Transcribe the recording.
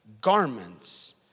garments